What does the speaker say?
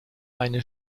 eine